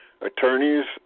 attorneys